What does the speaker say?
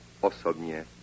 osobně